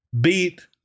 beat